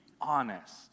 honest